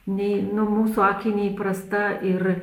nei mūsų akiai neįprasta ir